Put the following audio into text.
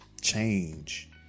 change